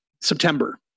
September